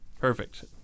Perfect